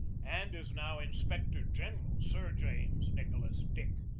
and is now inspector general sir james nicholas dick,